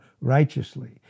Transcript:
righteously